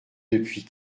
depuis